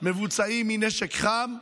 מבוצעים מנשק חם,